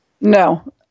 No